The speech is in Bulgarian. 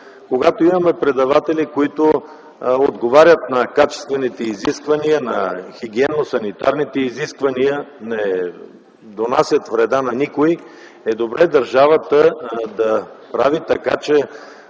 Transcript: когато имаме предаватели, които отговарят на качествените изисквания, на хигиенно-санитарните изисквания, не донасят вреда на никого, е добре държавата да прави така, че